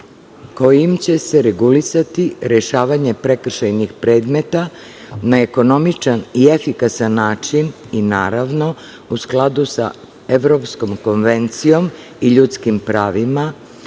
kojim će se regulisati rešavanje prekršajnih predmeta na ekonomičan i efikasan način, naravno, u skladu sa Evropskom konvencijom o ljudskim pravima,